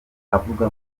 avuga